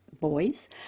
boys